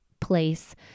place